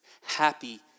Happy